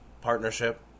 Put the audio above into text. partnership